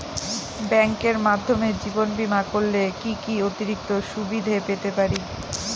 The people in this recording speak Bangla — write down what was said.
ব্যাংকের মাধ্যমে জীবন বীমা করলে কি কি অতিরিক্ত সুবিধে পেতে পারি?